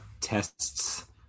tests